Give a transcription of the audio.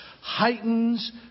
heightens